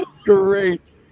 great